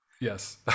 yes